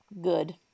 good